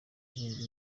bindi